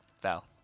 Val